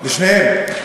לשתיהן?